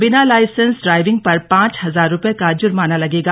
बिना licence driving पर पांच हजार रुपये का जुर्माना लगेगा